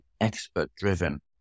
expert-driven